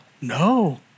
no